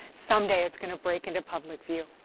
someday, it's going to break into public view.